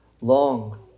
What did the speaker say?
long